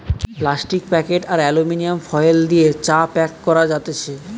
plastic packet আর aluminium foil দিয়ে চা প্যাক করা যাতেছে